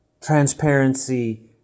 transparency